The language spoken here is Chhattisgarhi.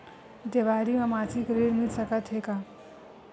देवारी म मासिक ऋण मिल सकत हे?